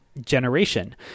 generation